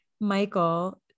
Michael